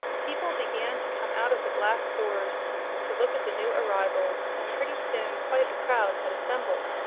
people began to come out of the glass doors to look at the new arrivals, and pretty soon quite a crowd had assembled.